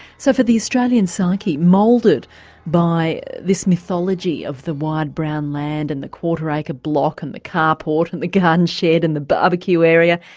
so for the australian psyche moulded by this mythology of the wide brown land and the quarter acre block and the carport and the garden shed. and the bbq area.